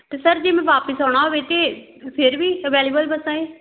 ਅਤੇ ਸਰ ਜੇ ਮੈਂ ਵਾਪਿਸ ਆਉਣਾ ਹੋਵੇ ਤਾਂ ਫਿਰ ਵੀ ਅਵੈਲੇਵਲ ਬੱਸਾਂ ਹੈ